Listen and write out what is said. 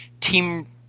team